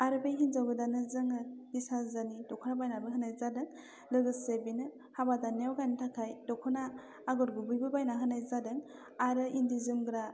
आरो बे हिनजाव गोदाननो जोङो बिस हाजारनि दख'ना बायनानैबो होनाय जादों लोगोसे बेनो हाबा जानायाव गाननो थाखाय दख'ना आगर गुबैबो बायना होनाय जादों आरो इन्दि जोमग्रा